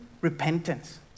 repentance